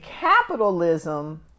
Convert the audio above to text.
capitalism